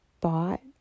bought